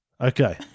Okay